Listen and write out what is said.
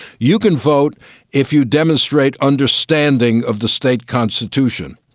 you can vote if you demonstrate understanding of the state constitution.